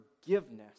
forgiveness